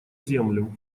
землю